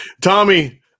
Tommy